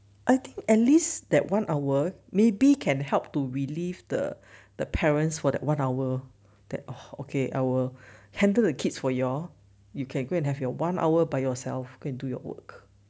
I think at least that one hour maybe can help to relieve the the parents for that one hour that okay I will handle the kids for y'all you can go and have your one hour by yourself go and do your work